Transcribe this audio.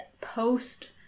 post